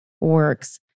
works